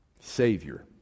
Savior